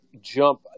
jump